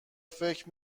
فکر